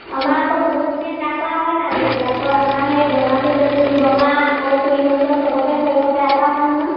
আমাৰ আকৌ সবকে সেৱা কৰা হয় নাই বিহুত আকৌ আমাৰ সেই বৰমাকেইজনী বৰমা আকৌ খুৰীহঁতলৈও সবকে হেৰি সেৱা কৰা হয় নহয়